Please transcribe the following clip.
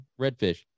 redfish